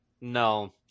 No